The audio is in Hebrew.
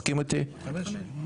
בסעיף 16(ב1)(1)(ב)(4)